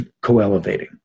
co-elevating